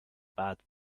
bad